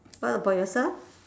what about yourself